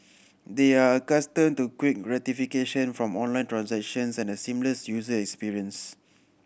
they are accustomed to quick gratification from online transactions and a seamless user experience